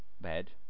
bed